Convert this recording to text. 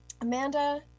Amanda